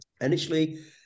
Initially